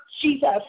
Jesus